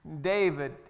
David